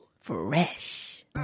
Fresh